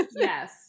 Yes